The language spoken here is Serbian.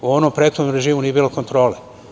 U onom prethodnom režimu nije bilo kontrole.